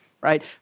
right